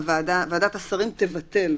ועדת השרים" תבטל,